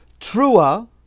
Trua